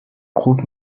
groupe